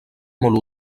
molt